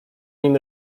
nim